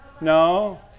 No